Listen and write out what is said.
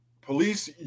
police